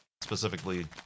Specifically